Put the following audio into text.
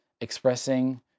expressing